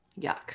Yuck